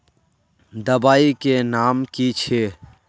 दबाई के नाम की छिए?